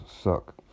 suck